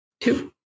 Two